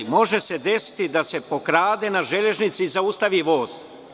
Može se desiti da se pokrade na železnici i zaustavi voz.